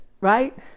Right